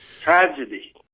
Tragedy